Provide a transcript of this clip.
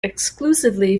exclusively